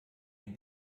ihn